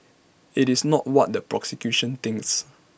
IT is not what the prosecution thinks